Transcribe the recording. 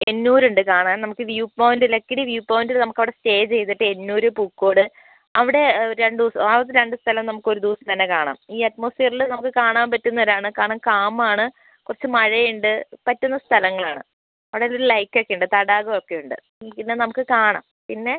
എന്നൂരുണ്ട് കാണാൻ നമുക്ക് view point Lakkidi view പോയിൻ്റിൽ നമുക്കവിടെ സ്റ്റേ ചെയ്തിട്ട് എന്നൂർ പൂക്കോട് അവിടെ ഒരു രണ്ടു ദിവസം ആ രണ്ട് സ്ഥലം ഒരു ദിവസം തന്നെ കാണാം ഈ അറ്റ്മോസ്ഫിയറിൽ നമുക്ക് കാണാൻ പറ്റുന്ന ഒരിതാണ് കാരണം കാമാണ് കുറച്ച് മഴയുണ്ട് പറ്റുന്ന സ്ഥലങ്ങളാണ് അവിടെയൊരു ലെയ്ക്കൊക്കെയുണ്ട് തടാകമൊക്കെയുണ്ട് പിന്നെ നമുക്ക് കാണാം പിന്നെ